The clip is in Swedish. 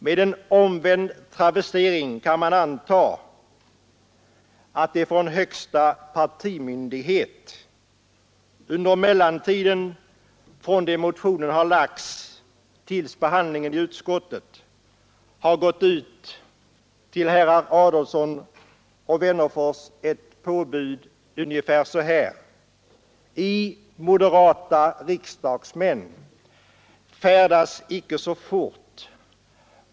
” För att göra en travestering kan man anta att det från högsta partimyndigheten under tiden från det motionen väcktes och fram till behandlingen i utskottet till herrar Adolfsson och Wennerfors har utgått ett påbud ungefär så lydande: I moderata riksdagsmän, reser icke så fort!